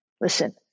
Listen